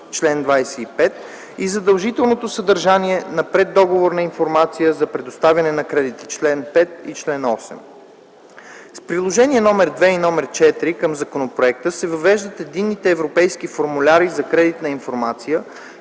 (чл. 25) и задължителното съдържание на преддоговорната информация за предоставяните кредити (чл. 5 - чл. 8). С приложения № 2 и № 4 към законопроекта се въвеждат единните европейски формуляри за кредитна информация,